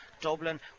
Dublin